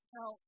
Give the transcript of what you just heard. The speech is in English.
Now